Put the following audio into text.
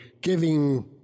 giving